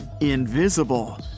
invisible